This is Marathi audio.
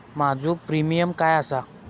माझो प्रीमियम काय आसा?